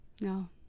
No